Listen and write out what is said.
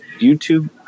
YouTube